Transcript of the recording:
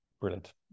Brilliant